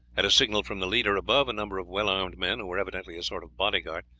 at a signal from the leader above a number of well-armed men, who were evidently a sort of body-guard,